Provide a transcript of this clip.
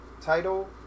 title